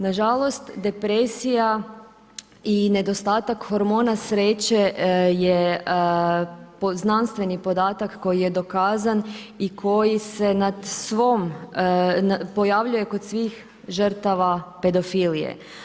Nažalost depresija i nedostatak hormona sreće je znanstveni podatak koji je dokazan i koji se pojavljuje kod svih žrtava pedofilije.